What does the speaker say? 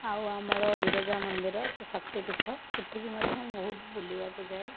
ଆଉ ଆମର ବିରଜା ମନ୍ଦିର ସେ ଶକ୍ତିପୀଠ ସେଠିକି ମଧ୍ୟ ମୁଁ ବହୁତ ବୁଲିବାକୁ ଯାଏ